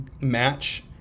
match